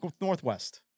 Northwest